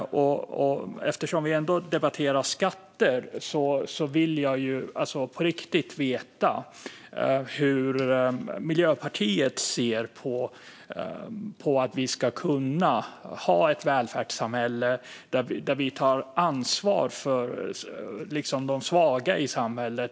Eftersom vi ändå debatterar skatter vill jag på riktigt veta hur Miljöpartiet ser på att vi ska kunna ha ett välfärdssamhälle där vi tar ansvar för de svaga i samhället.